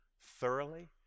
thoroughly